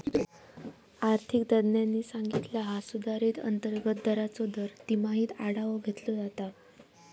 आर्थिक तज्ञांनी सांगितला हा सुधारित अंतर्गत दराचो दर तिमाहीत आढावो घेतलो जाता